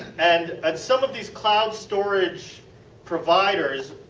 and and some of these cloud storage providers,